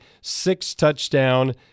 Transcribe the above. six-touchdown